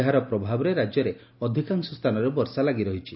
ଏହାର ପ୍ରଭାବରେ ରାକ୍ୟରେ ଅଧିକାଂଶ ସ୍ତାନରେ ବର୍ଷା ଲାଗି ରହିଛି